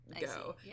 go